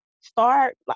start